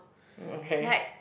okay